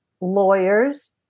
lawyers